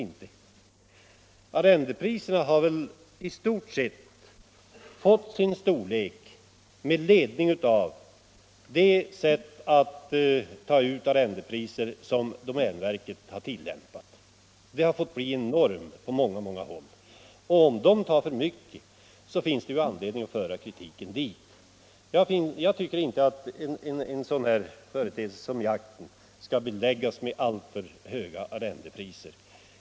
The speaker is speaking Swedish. De priserna har troligen i stort satts med ledning av de priser domänverket tillämpat. Det har på många håll blivit normerande. Och om domänverket tar för höga priser, så finns det ju all anledning att rikta kritiken åt det hållet! Jag tycker inte att en sådan företeelse som jakten skall beläggas med alltför höga arrendepriser.